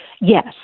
Yes